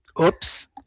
Oops